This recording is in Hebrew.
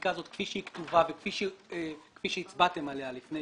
שבחקיקה הזאת כפי שהיא כתובה וכפי שהצבעתם עליה לפני